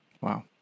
Wow